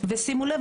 ושימו לב,